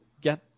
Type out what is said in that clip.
get